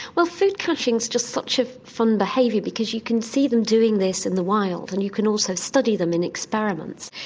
well food caching is just such a fun behaviour because you can see them doing this in the wild and you can also study them in experiments.